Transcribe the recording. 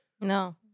No